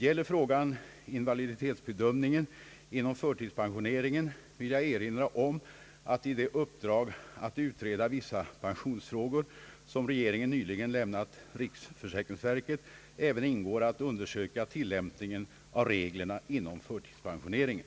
Gäller frågan invaliditetsbedömningen inom förtidspensioneringen, vill jag erinra om att i det uppdrag att utreda vissa pensionsfrågor, som regeringen nyligen lämnat riksförsäkringsverket, även ingår att undersöka tilllämpningen av reglerna inom förtidspensioneringen.